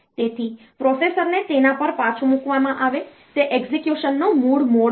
તેથી પ્રોસેસરને તેના પર પાછું મૂકવામાં આવે તે એક્ઝેક્યુશનનો મૂળ મોડ છે